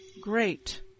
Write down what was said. Great